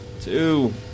Two